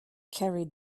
carried